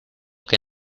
que